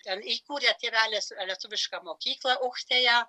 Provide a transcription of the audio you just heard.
ten įkūrė tėvelis lietuvišką mokyklą aukštėja